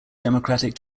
democratic